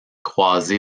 croisé